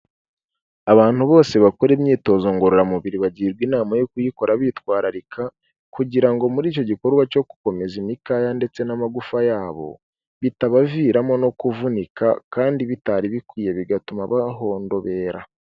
Abantu bose bakora imyitozo ngororamubiri bagirwa inama yo kuyikora bitwararika, kugira ngo muri icyo gikorwa cyo gukomeza imikaya ndetse n'amagufa yabo, bitabaviramo no kuvunika kandi bitari bikwiye bigatuma bahondobera.